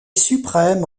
suprême